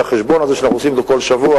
החשבון הזה שאנחנו עושים אותו כל שבוע.